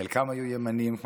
חלקם היו ימנים נלהבים,